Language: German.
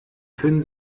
können